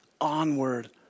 onward